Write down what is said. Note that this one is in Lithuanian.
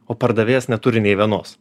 o pardavėjas neturi nei vienos